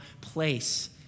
place